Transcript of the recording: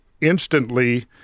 instantly